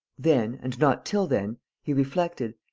then and not till then, he reflected,